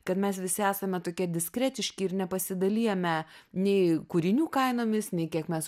kad mes visi esame tokie diskretiški ir nepasidalijame nei kūrinių kainomis nei kiek mes